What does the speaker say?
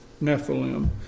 Nephilim